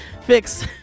Fix